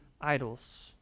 idols